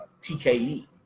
TKE